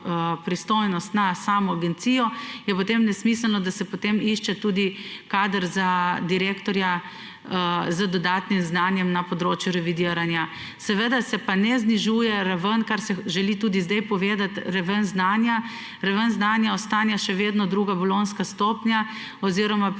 pristojnost na samo agencijo, je potem nesmiselno, da se potem išče tudi kader za direktorja z dodatnim znanjem na področju revidiranja. Seveda se pa ne znižuje raven znanja, kar se želi tudi zdaj povedati, raven znanja ostaja še vedno druga bolonjska stopnja oziroma primerljivi